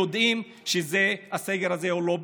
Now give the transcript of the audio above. יודעים שהסגר הזה הוא לא ביטחוני.